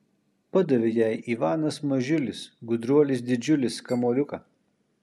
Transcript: padavė jai ivanas mažiulis gudruolis didžiulis kamuoliuką